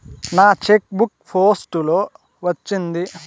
నా cheque book post లో వచ్చింది